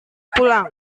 pulang